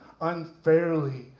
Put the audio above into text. unfairly